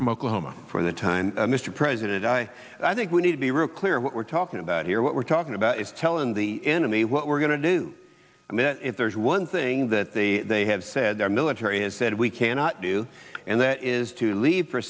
from oklahoma for the time mr president i i think we need to be real clear what we're talking about here what we're talking about is telling the enemy what we're going to do commit if there's one thing that the they have said our military has said we cannot do and that is to leave